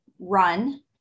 run